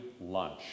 lunch